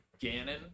Ganon